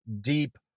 deep